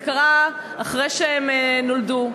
זה קרה לפני שהם נולדו.